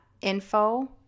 info